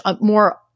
more